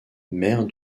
maire